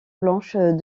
blanche